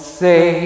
say